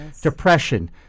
depression